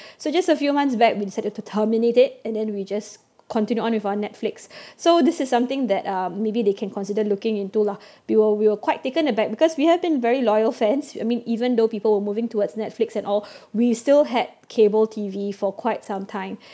so just a few months back we decided to terminate it and then we just continue on with our Netflix so this is something that um maybe they can consider looking into lah we will we will quite taken aback because we have been very loyal fans I mean even though people are moving towards Netflix and all we still had cable T_V for quite some time